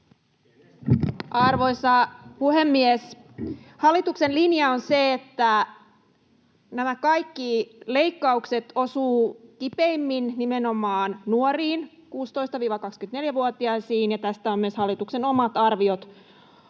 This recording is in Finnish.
Arvoisa puhemies! Hallituksen linja on se, että nämä kaikki leikkaukset osuvat kipeimmin nimenomaan nuoriin, 16—24-vuotiaisiin, ja tästä on myös hallituksen omat arviot